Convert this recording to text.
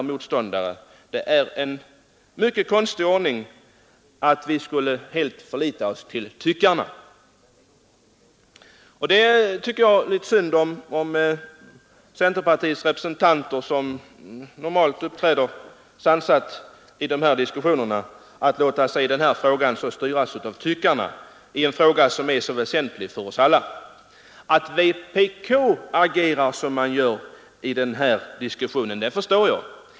Det är en mycket konstig ordning att vi helt skulle förlita oss till tyckarna. Det är litet synd om centerpartiets representanter, som normalt uppträder sansat i diskussionerna, att de låter sig styras av tyckarna i en fråga som är så väsentlig för oss alla. Att vpk agerar som man gör förstår jag.